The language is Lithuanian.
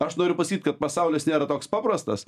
aš noriu pasakyt kad pasaulis nėra toks paprastas